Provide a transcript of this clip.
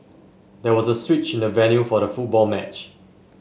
there was a switch in the venue for the football match